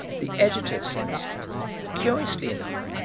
the editor says curiously enough,